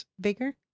bigger